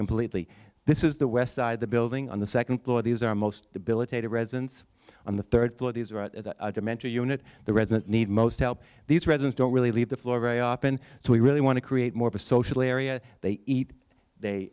completely this is the west side of the building on the second floor these are most debilitated residents on the third floor dementor unit the resident need most help these residents don't really leave the floor very often so we really want to create more of a social area they eat they